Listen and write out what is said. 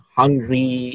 hungry